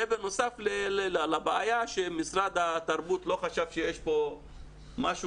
זה בנוסף לבעיה שמשרד התרבות לא חשב שיש פה משהו